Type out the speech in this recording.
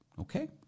Okay